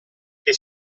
che